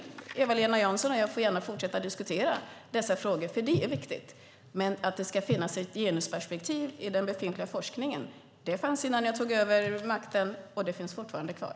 Eva-Lena Jansson får fortsätta diskutera dessa frågor eftersom de är viktiga. Men när det gäller att det ska finnas ett genusperspektiv i den befintliga forskningen fanns det innan jag tog över makten, och det finns fortfarande kvar.